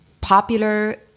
popular